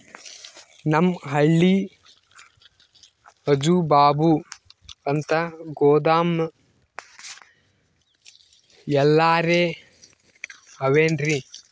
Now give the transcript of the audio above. ನಮ್ ಹಳ್ಳಿ ಅಜುಬಾಜು ಅಂತ ಗೋದಾಮ ಎಲ್ಲರೆ ಅವೇನ್ರಿ?